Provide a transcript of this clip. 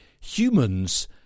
humans